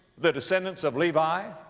the descendants of levi,